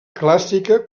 clàssica